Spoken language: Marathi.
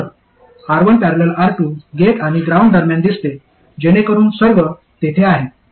तर R1 ।। R2 गेट आणि ग्राउंड दरम्यान दिसते जेणेकरून सर्व तेथे आहे